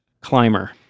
climber